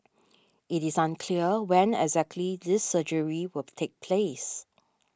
it is unclear when exactly this surgery will take place